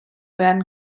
werden